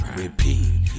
repeat